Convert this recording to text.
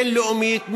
בין-לאומית,